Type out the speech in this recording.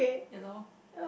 you know